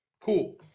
Cool